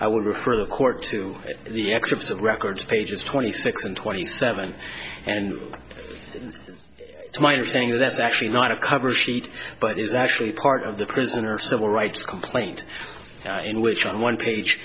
refer the court to the excerpts of records pages twenty six and twenty seven and it's my understanding that's actually not a cover sheet but is actually part of the prisoner's civil rights complaint in which on one page